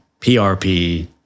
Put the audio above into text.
PRP